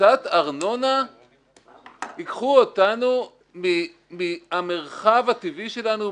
קצת ארנונה ייקחו אותנו מהמרחב הטבעי שלנו,